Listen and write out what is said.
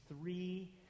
three